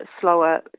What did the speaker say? slower